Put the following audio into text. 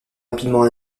rapidement